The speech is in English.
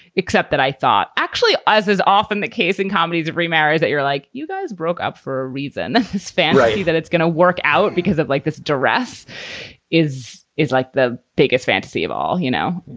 except that i thought actually, as is often the case in comedies of remarriage, that you're like you guys broke up for a reason. his right that it's going to work out because of like this duress is is like the biggest fantasy of all. you know?